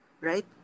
right